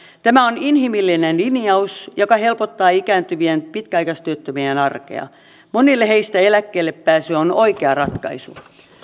tämä on inhimillinen linjaus joka helpottaa ikääntyvien pitkäaikaistyöttömien arkea monille heistä eläkkeellepääsy on oikea ratkaisu